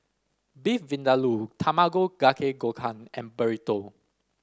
Beef Vindaloo Tamago Kake Gohan and Burrito